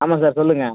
ஆமாம் சார் சொல்லுங்கள்